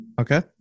Okay